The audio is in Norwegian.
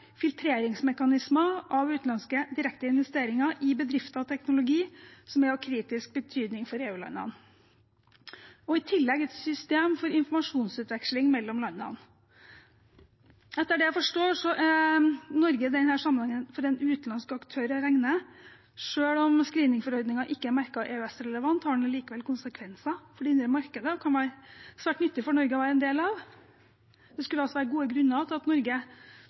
filtreringsmekanismer av utenlandske direkteinvesteringer i bedrifter og teknologi som er av kritisk betydning for EU-landene, og i tillegg et system for informasjonsutveksling mellom landene. Etter det jeg forstår, er Norge i denne sammenhengen for en utenlandsk aktør å regne. Selv om screeningforordningen ikke er merket EØS-relevant, har den likevel konsekvenser for det indre markedet og kan være svært nyttig for Norge å være en del av. Det skulle altså være gode grunner til at Norge